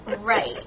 Right